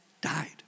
Died